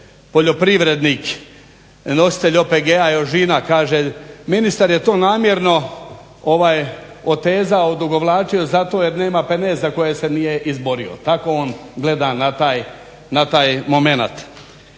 poljoprivrednik nositelj OPG-a …/Govornik se ne razumije./… kaže: "Ministar je to namjerno otezao, odugovlačio zato jer nema peneza za koje se nije izborio.", tako on gleda na taj momenat.